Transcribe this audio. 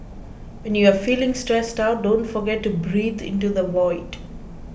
when you are feeling stressed out don't forget to breathe into the void